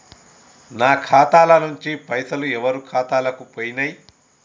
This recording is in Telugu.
నా ఖాతా ల నుంచి పైసలు ఎవరు ఖాతాలకు పోయినయ్?